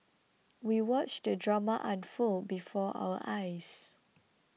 we watched the drama unfold before our eyes